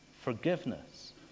forgiveness